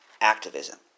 Activism